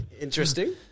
interesting